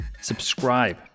subscribe